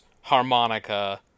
harmonica